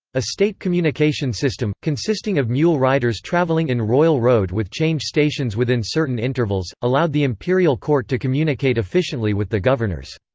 a state communication system, consisting of mule riders travelling in royal road with change stations within certain intervals, allowed the imperial court to communicate efficiently with the governors.